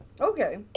Okay